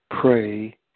pray